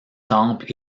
temples